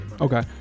Okay